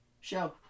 show